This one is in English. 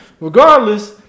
Regardless